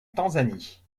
tanzanie